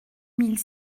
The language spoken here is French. mille